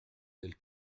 tels